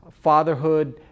fatherhood